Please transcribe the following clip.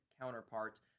counterpart